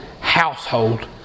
household